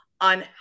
on